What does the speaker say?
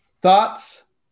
Thoughts